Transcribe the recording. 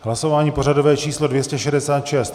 Hlasování pořadové číslo 266.